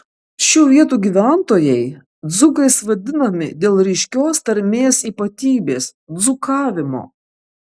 šių vietų gyventojai dzūkais vadinami dėl ryškios tarmės ypatybės dzūkavimo